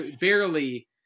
barely